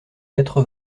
quatre